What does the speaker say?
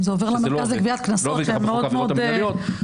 לא נכלל לחוק העבירות המינהליות,